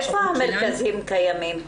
איפה המרכזים קיימים?